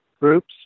groups